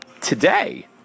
today